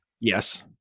Yes